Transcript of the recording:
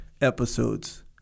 episodes